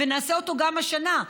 ונעשה אותו גם השנה,